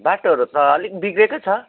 बाटोहोरू त अलिक बिग्रेकै छ